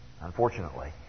Unfortunately